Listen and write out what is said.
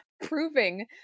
Proving